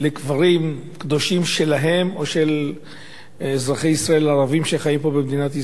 קדושים שלהם או של אזרחי ישראל הערבים שחיים פה במדינת ישראל.